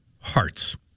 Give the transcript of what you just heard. Hearts